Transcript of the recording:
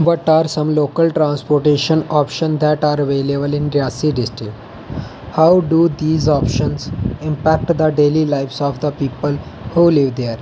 what are some local transport अवेलेवल इन district Reasi local transportation option that R अवेलेवल इन Reasi district how do these अपॅशानस impact दा daily लाइफस of दा पिपल हू live there